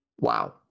Wow